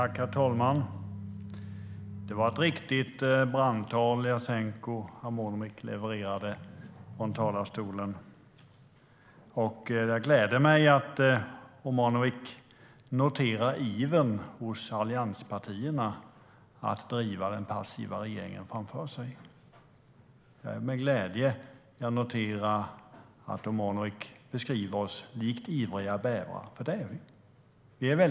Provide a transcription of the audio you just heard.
Herr talman! Det var ett riktigt brandtal Jasenko Omanovic levererade från talarstolen. Det gläder mig att Omanovic noterar ivern hos allianspartierna att driva den passiva regeringen framför sig. Det är med glädje jag noterar att Omanovic beskriver oss som ivriga bävrar, för det är vi.